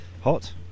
Hot